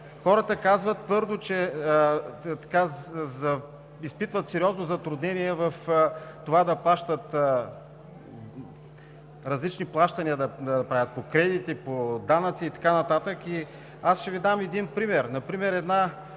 Хората казват твърдо, че изпитват сериозно затруднение да правят различни плащания – по кредити, по данъци и така нататък. Ще Ви дам пример: